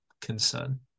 concern